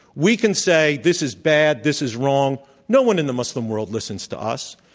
we can say, this is bad, this is wrong. no one in the muslim world listens to us.